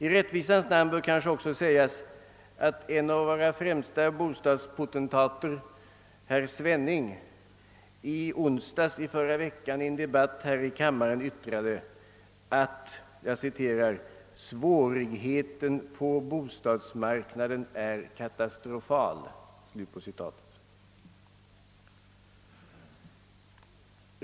I rättvisans namn bör kanske också sägas, att en av våra främsta bostadspotentater, herr Svenning, i onsdags i förra veckan i en debatt här i kammaren yttrade, att »svårigheten på bostadsmarknaden är katastrofal».